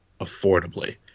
affordably